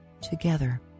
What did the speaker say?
together